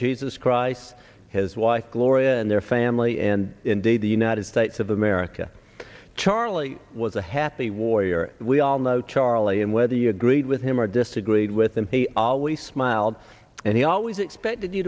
jesus christ his wife gloria and their family and indeed the united states of america charley was a happy warrior we all know charlie and whether you agreed with him or disagreed with him he always smiled and he always expected you